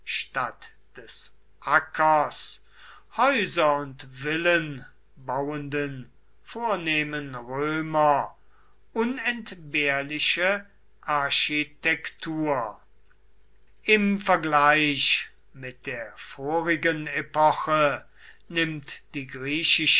statt des ackers häuser und villen bauenden vornehmen römer unentbehrliche architektur im vergleich mit der vorigen epoche nimmt die